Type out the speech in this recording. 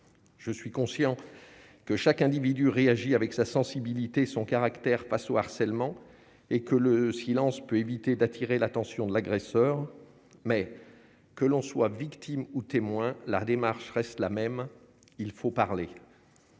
je suis conscient que chaque individu réagit avec sa sensibilité, son caractère face au harcèlement et que le silence peut éviter d'attirer l'attention de l'agresseur, mais que l'on soit victime ou témoin la démarche reste la même : il faut parler,